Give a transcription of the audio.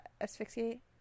asphyxiate